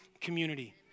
community